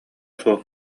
суох